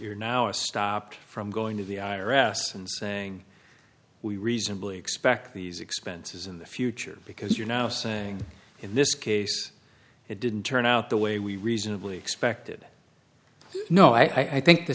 you're now are stopped from going to the i r s and saying we reasonably expect these expenses in the future because you're now saying in this case it didn't turn out the way we reasonably expected no i think the